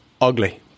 Ugly